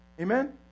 Amen